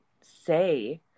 say